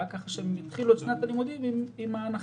כך שהם יתחילו את שנת הלימודים עם ההנחה.